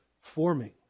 forming